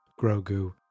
Grogu